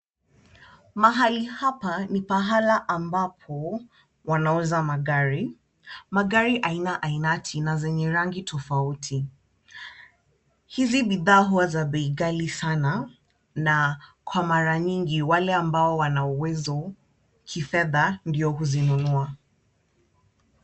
Mahali hapa ni pahala ambapo wanauza magari, Magari aina ainati na zenye rangi tofauti. Hizi bidhaa huwa za bei ghali sana na kwa mara nyingi wale ambao wana uwezo kifedha ndio huzinunua.